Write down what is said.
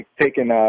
taking